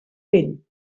pell